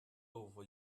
over